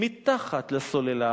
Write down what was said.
מתחת לסוללה,